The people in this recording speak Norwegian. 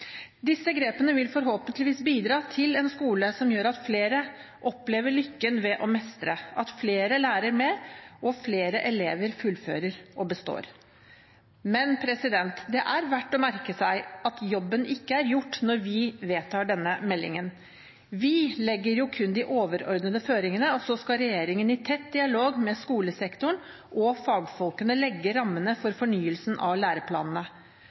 Disse grepene vil forhåpentligvis bidra til en skole som gjør at flere opplever lykken ved å mestre, at flere lærer mer, og at flere elever fullfører og består. Men det er verdt å merke seg at jobben ikke er gjort når vi vedtar denne meldingen. Vi legger kun de overordnede føringene, så skal regjeringen i tett dialog med skolesektoren og fagfolkene legge rammene for fornyelse av læreplanene.